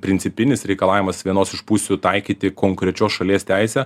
principinis reikalavimas vienos iš pusių taikyti konkrečios šalies teisę